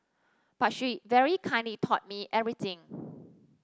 but she very kindly taught me everything